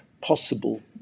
possible